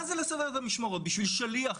מה זה לסדר את המשמרות בשביל שליח?